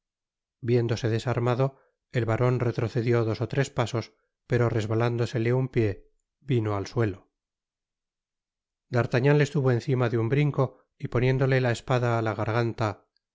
viéndose desarmado el baron retrocedió dos ó tres pasos pero resbalándosele un pié vino al suelo d'artagnan le estuvo encima de un brinco y poniéndole la espada á la garganta